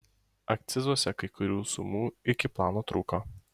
akcizuose kai kurių sumų iki plano trūko